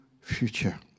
future